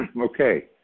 Okay